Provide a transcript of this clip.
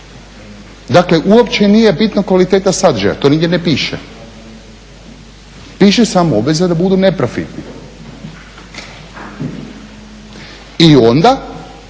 Dakle, uopće nije bitno kvaliteta sadržaja, to nigdje ne piše. Piše samo obveza da budu neprofitni. I onda